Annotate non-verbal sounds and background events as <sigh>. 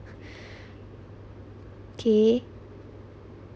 <breath> K